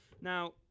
Now